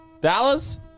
Dallas